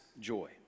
joy